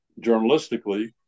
journalistically